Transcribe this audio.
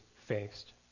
faced